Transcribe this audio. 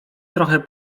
trochę